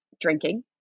Drinking